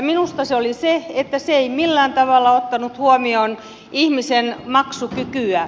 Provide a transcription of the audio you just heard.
minusta se oli se että se ei millään tavalla ottanut huomioon ihmisen maksukykyä